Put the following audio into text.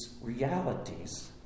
realities